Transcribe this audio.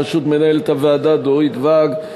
בראשות מנהלת הוועדה דורית ואג,